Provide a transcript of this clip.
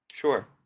Sure